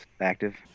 active